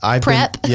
prep